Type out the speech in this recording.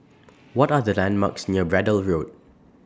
What Are The landmarks near Braddell Road